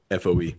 foe